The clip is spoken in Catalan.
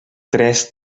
tres